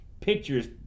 pictures